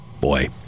boy